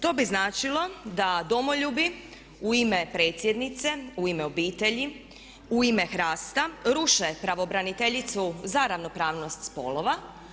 To bi značilo da domoljubi u ime predsjednice, u ime obitelji, u ime HRAST-a ruše pravobraniteljicu za ravnopravnost spolova.